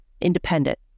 independent